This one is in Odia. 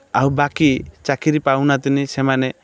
ଆଉ ବାକି ଚାକିରି ପାଉନାହାନ୍ତିନି ସେମାନେ